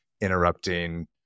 interrupting